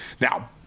Now